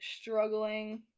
struggling